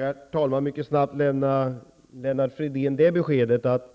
Herr talman! Låt mig snabbt lämna Lennart Fridén det beskedet att